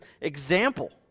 example